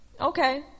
okay